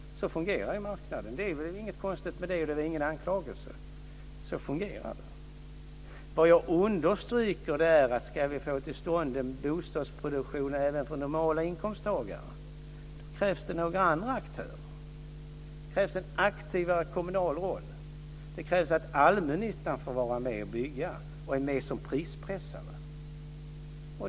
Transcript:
Så fungerar marknaden. Det är inget konstigt med det, och det var ingen anklagelse. Så fungerar det. Vad jag understryker är detta: Ska vi få till stånd en bostadsproduktion även för normalinkomsttagare krävs det några andra aktörer. Det krävs en aktivare kommunal roll. Det krävs att allmännyttan får vara med och bygga och är med som prispressare.